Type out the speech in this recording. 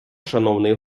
шановний